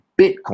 Bitcoin